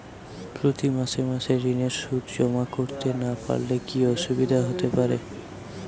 প্রতি মাসে মাসে ঋণের সুদ জমা করতে না পারলে কি অসুবিধা হতে পারে?